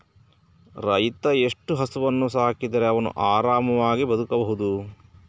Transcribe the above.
ರೈತ ಎಷ್ಟು ಹಸುವನ್ನು ಸಾಕಿದರೆ ಅವನು ಆರಾಮವಾಗಿ ಬದುಕಬಹುದು?